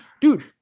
dude